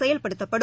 செயல்படுத்தப்படும்